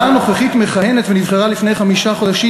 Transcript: הנוכחית מכהנת ונבחרה לפני חמישה חודשים,